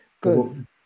Good